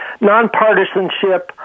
nonpartisanship